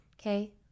Okay